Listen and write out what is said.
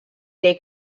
dei